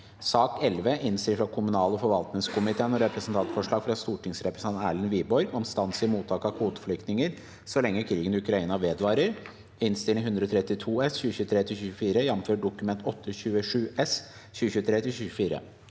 11. Innstilling fra kommunal- og forvaltningskomiteen om Representantforslag fra stortingsrepresentanten Erlend Wiborg om stans i mottak av kvoteflyktninger så lenge krigen i Ukraina vedvarer (Innst. 132 S (2023–2024), jf. Dokument 8:27 S